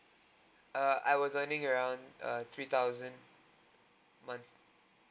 err I was earning around err three thousand month